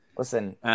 Listen